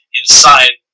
inside